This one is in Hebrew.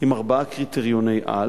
עם ארבעה קריטריוני-על,